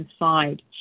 inside